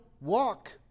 walk